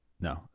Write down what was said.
No